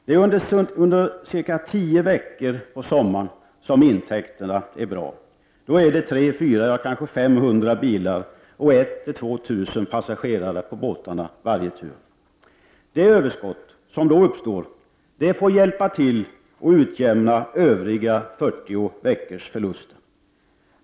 Intäkterna för Gotlandstrafiken är bra under ca tio veckor av sommaren. Då åker 300, 400 eller kanske 500 bilar och 1 000 å 2 000 passagerare med på varje tur som båtarna gör. Det överskott som då uppstår får hjälpa till att utjämna de övriga 40 veckornas förluster.